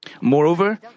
Moreover